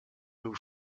move